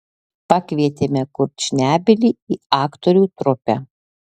pakvietėme kurčnebylį į aktorių trupę